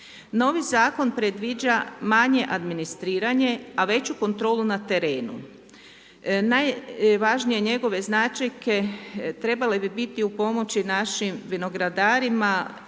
Novi zakon predviđa manje administriranje, a veću kontrolu na terenu. Najvažnije njegove značajke trebale bi biti u pomoći našim vinogradarima